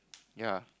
yea